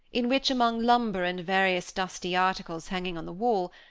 in which, among lumber and various dusty articles hanging on the wall,